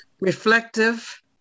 reflective